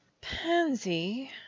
Pansy